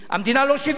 המדינה לא שוויונית.